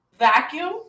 vacuum